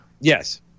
Yes